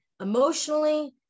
emotionally